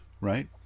right